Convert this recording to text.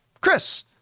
Chris